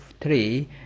three